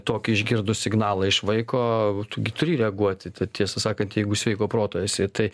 tokį išgirdus signalą iš vaiko o tu gi turi reaguoti tad tiesą sakant jeigu sveiko proto esi tai